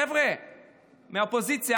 חבר'ה מהאופוזיציה,